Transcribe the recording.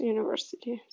University